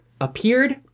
appeared